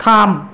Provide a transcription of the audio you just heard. থাম